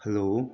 hello